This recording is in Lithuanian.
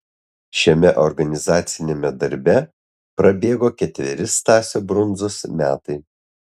šiame organizaciniame darbe prabėgo ketveri stasio brundzos metai